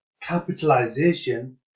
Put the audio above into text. capitalization